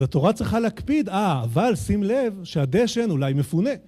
התורה צריכה להקפיד, אה, אבל שים לב שהדשן אולי מפונה.